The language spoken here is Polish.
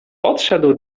podszedł